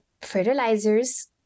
fertilizers